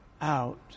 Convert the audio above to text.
out